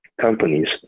companies